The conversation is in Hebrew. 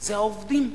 זה העובדים במשק.